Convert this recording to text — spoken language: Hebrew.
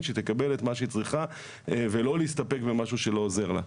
שתקבל את מה שהיא צריכה ולא להסתפק במשהו שלא עוזר לה.